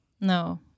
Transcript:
no